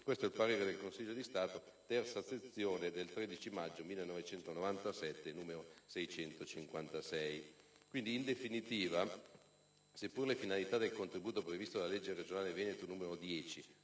Questo è il parere del Consiglio di Stato, sezione III, del 13 maggio 1997, n. 656. In definitiva, seppur la finalità del contributo previsto dalla legge regionale veneta n. 10